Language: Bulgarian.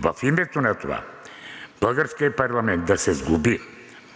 в името на това българският парламент да се сглоби,